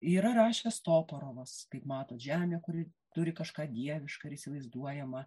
yra rašęs toporovas kaip matote žemė kuri turi kažką dieviška ir įsivaizduojama